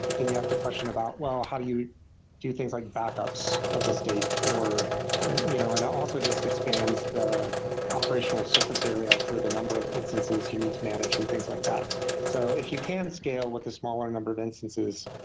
but then you have to question about well, how do you do things like backups of the state, or and you know and also just expands the operational surface area for the number of instances you need to manage and things like that so if you can scale with a smaller number of instances,